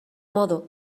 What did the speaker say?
modo